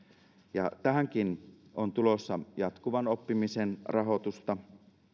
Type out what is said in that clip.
ja tähänkin on tulossa jatkuvan oppimisen rahoitusta